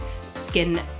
skin